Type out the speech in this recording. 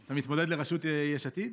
אתה מתמודד לראשות יש עתיד?